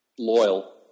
Loyal